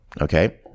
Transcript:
okay